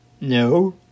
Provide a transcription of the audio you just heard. No